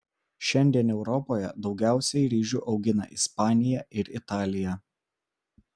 šiandien europoje daugiausiai ryžių augina ispanija ir italija